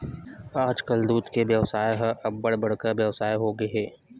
आजकाल दूद के बेवसाय ह अब्बड़ बड़का बेवसाय होगे हे